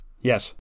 Yes